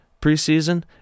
preseason